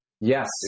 Yes